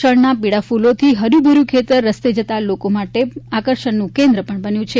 શણના પીળા ફુલોથી હર્યુભર્યુ ખેતર રસ્તા જતા લોકો માટે આકર્ષણનું કેન્દ્ર પણ બન્યું છે